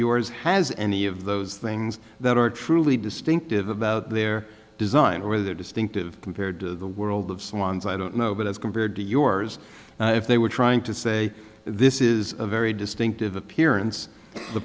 yours has any of those things that are truly distinctive about their design or their distinctive compared to the world of swans i don't know but as compared to yours if they were trying to say this is a very distinctive appearance the